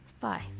five